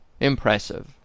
Impressive